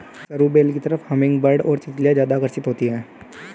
सरू बेल की तरफ हमिंगबर्ड और तितलियां ज्यादा आकर्षित होती हैं